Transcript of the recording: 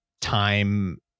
time